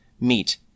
meet